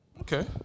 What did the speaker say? Okay